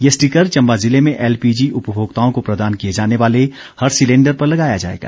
ये स्टिकर चम्बा जिले में एल पीजी उपभोक्ताओं को प्रदान किए जाने वाले हर सिलेंडर पर लगाया जाएगा